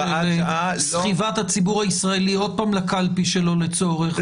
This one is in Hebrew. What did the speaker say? של סחיבת הציבור הישראלי עוד פעם לקלפי שלא לצורך.